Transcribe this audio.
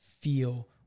feel